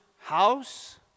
house